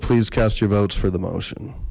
please cast your votes for the motion